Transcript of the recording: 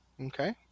Okay